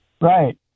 Right